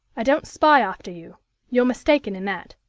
i don't spy after you you're mistaken in that.